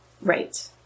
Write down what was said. Right